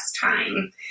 time